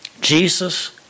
Jesus